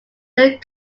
learned